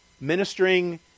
ministering